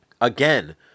Again